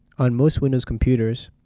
on most windows computers,